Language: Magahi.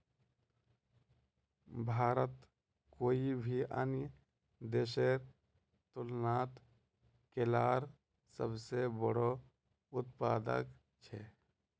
भारत कोई भी अन्य देशेर तुलनात केलार सबसे बोड़ो उत्पादक छे